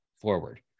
forward